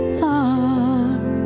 heart